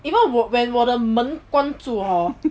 even when 我的门关着 hor